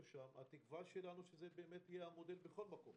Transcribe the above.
התקווה שלנו, שזה באמת יהיה המודל בכל מקום.